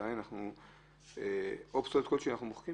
שבדרך כלל אפשר לאסוף אחריו הוא כלב.